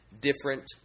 different